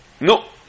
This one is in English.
No